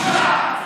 ואני באופן אישי,